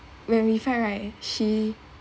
when we fight right she